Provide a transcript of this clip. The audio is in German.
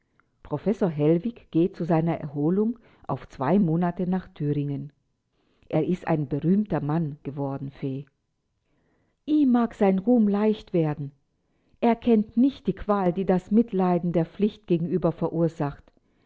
professor hellwig geht zu seiner erholung auf zwei monate nach thüringen er ist ein berühmter mann geworden fee ihm mag sein ruhm leicht werden er kennt nicht die qual die das mitleiden der pflicht gegenüber verursacht